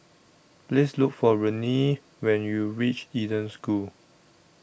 Please Look For Renee when YOU REACH Eden School